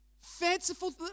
fanciful